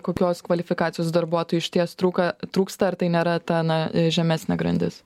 kokios kvalifikacijos darbuotojų išties trūka trūksta ar tai nėra ta na žemesnė grandis